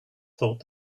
thought